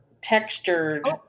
textured